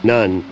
None